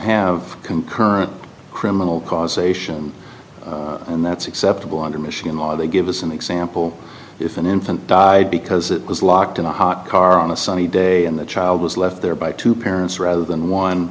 have concurrent criminal causation and that's acceptable under michigan law they give us an example if an infant died because it was locked in a hot car on a sunny day and the child was left there by two parents rather than one